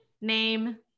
name